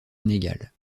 inégale